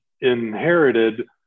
inherited